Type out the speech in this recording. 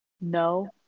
No